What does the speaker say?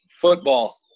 Football